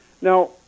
Now